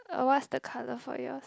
uh what's the colour for yours